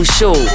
Show